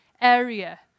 area